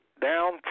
Down